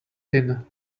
tin